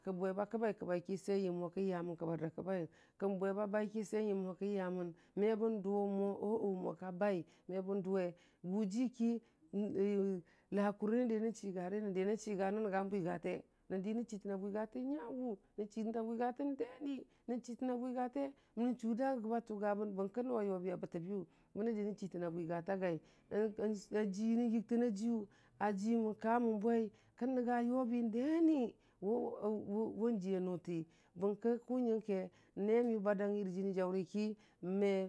kə bwe ba kəbai kəbaiki bən yəmmo kən yamən kəbər da kəbayən, kən bwe ba baiki bən yəmmo kən yamən me bən dʊwe mo mo ka bai me bən dʊwe gʊwʊ ki, lakʊli nən dii nən chigʊri nəndi nən chiga nən nənga bwiyatə nən di nən chitən na bwigatə nyəgʊ nən chitənna bwiyatə deni, nənchi yən bwigətə nən chʊda gəba tʊbaga bən bər nəwa yʊbi ta bətə biyʊ bənən di nən chutən na bwigatəgai aji mən yiytəna jiyʊ a hʊi mən ka mən bwei kən nənga yʊbi deni, wʊ jiya nʊti bərki kʊ nyayənke, nemiyʊ ba danyyi rə jinijaʊri ki.